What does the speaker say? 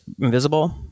invisible